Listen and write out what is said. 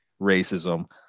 racism